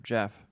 Jeff